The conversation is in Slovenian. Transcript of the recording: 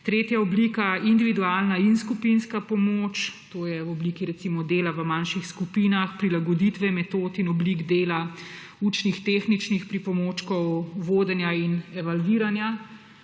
Tretja oblika je individualna in skupinska pomoč. To je v obliki recimo dela v manjših skupinah, prilagoditve metod in oblik dela, učnih tehničnih pripomočkov, vodenja in evalviranja.